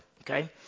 okay